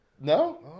No